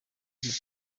dutera